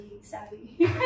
savvy